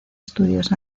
estudios